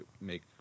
make